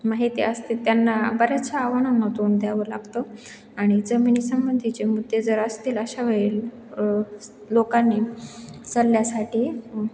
माहिती असते त्यांना बऱ्याचशा आव्हानांना तोंड द्यावं लागतं आणि जमिनीसंबंधीचे मुद्दे जर असतील अशा वेळी लोकांनी सल्ल्यासाठी